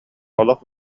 олох